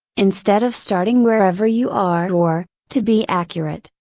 instead of starting wherever you are or, to be accurate,